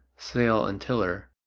sail and tiller,